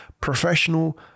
professional